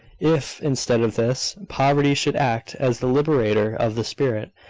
if instead of this, poverty should act as the liberator of the spirit,